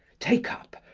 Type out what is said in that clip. take up,